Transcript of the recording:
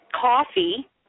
coffee